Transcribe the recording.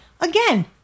Again